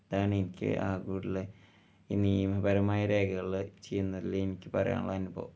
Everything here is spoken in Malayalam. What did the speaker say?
അതാണ് എനിക്ക് ആകെ ഉള്ള ഈ നിയമപരമായ രേഖകളിൽ ചെയ്യുന്നതിൽ എനിക്ക് പറയാനുള്ള അനുഭവം